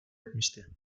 etmişti